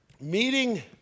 meeting